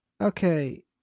Okay